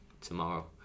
tomorrow